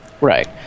Right